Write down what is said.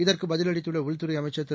இதற்கு பதிலளித்துள்ள உள்துறை அமைச்சர் திரு